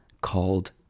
called